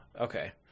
Okay